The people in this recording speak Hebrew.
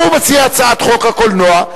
הוא מציע הצעת חוק הקולנוע,